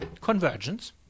Convergence